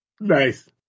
Nice